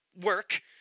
work